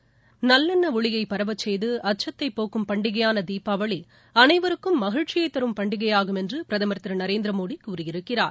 இனி விரிவான செய்திகள் நல்லெண்ண ஒளியை பரவச் செய்து அச்சத்தை போக்கும் பண்டிகையான தீபாவளி அனைவருக்கும் மகிழ்ச்சியை தரும் பண்டிகையாகும் என்று பிரதமர் திரு நரேந்திர மோடி கூறியிருக்கிறார்